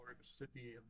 Mississippi